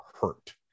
hurt